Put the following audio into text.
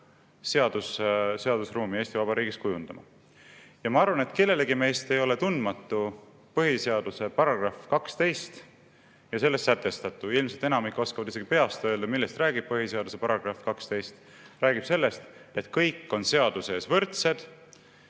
seadusruumi Eesti Vabariigis kujundama. Ma arvan, et kellelegi meist ei ole tundmatu põhiseaduse § 12 ja selles sätestatu. Ilmselt enamik oskab isegi peast öelda, millest räägib põhiseaduse § 12. Räägib sellest, et kõik on seaduse ees võrdsed,